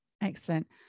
Excellent